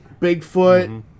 Bigfoot